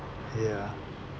ya